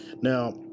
Now